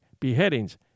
beheadings